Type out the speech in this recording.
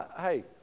Hey